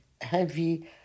heavy